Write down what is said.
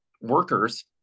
workers